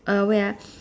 uh wait ah